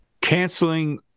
canceling